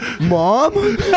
Mom